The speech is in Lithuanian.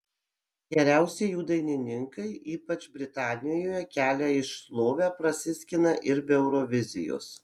geriausi jų dainininkai ypač britanijoje kelią į šlovę prasiskina ir be eurovizijos